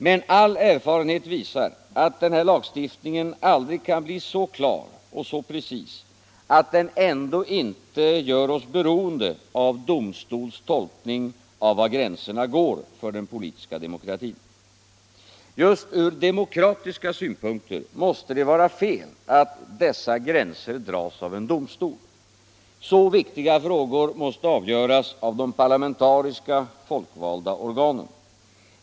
Men all erfarenhet visar att denna lagstiftning aldrig kan bli så klar och så precis att den ändå inte gör oss beroende av domstols tolkning av var gränserna går för den politiska demokratin. Just från demokratiska synpunkter måste det vara fel att dessa gränser dras av en domstol. Så viktiga frågor måste avgöras av de parlamentariska, folkvalda organen.